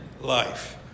life